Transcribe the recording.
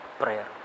prayer